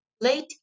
Late